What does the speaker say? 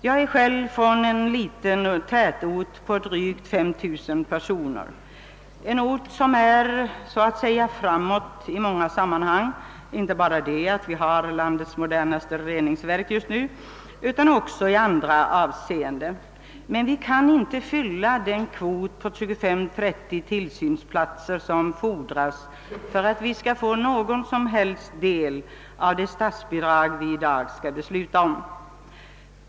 Jag är själv från en liten tätort på drygt 5000 personer — en ort som är så att säga »framåt» i många sanmmanhang, inte bara i det att vi har landets modernaste reningsverk just nu, utan också i andra avseenden; men 'vi kan inte fylla den kvot på 25—30 tillsynsplatser som fordras för att vi skall få någon del av det statsbidrag vi i dag skall besluta om.